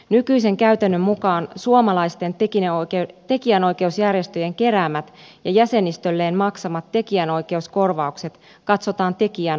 nykyisen käytännön mukaan suomalaisten tekijänoikeusjärjestöjen keräämät ja jäsenistölleen maksamat tekijänoikeuskorvaukset katsotaan tekijän ansiotuloksi